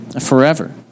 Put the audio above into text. forever